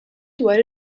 dwar